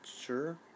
sure